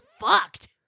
fucked